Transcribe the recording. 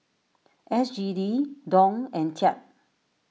S G D Dong and Kyat